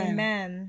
Amen